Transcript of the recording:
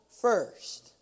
first